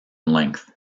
length